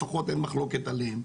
לפחות אין מחלוקת עליהם,